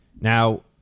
Now